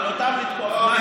אבל אותם לתקוף,